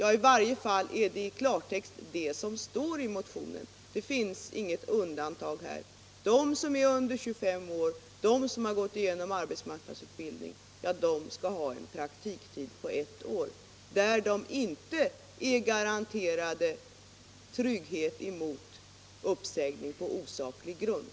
I varje fall är det i klartext det som står i motionen. Det finns inget undantag här: De som är under 25 år och de som gått igenom arbetsmarknadsutbildning skall ha en praktiktid på ett år, där de inte är garanterade trygghet mot uppsägning på osaklig grund.